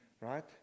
Right